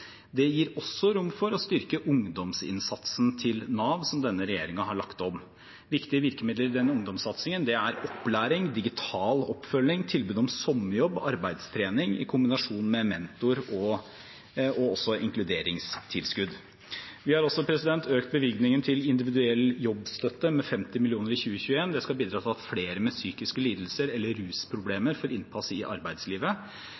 Det gir også rom for å styrke ungdomsinnsatsen til Nav, som denne regjeringen har lagt om. Viktige virkemidler i den ungdomssatsingen er opplæring, digital oppfølging, tilbud om sommerjobb og arbeidstrening i kombinasjon med mentor og inkluderingstilskudd. Vi har også økt bevilgningen til individuell jobbstøtte, IPS, med 50 mill. kr i 2021. Det skal bidra til at flere med psykiske lidelser eller